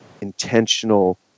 intentional